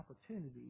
opportunities